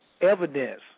evidence